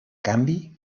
canvi